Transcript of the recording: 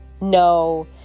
no